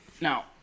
Now